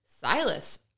Silas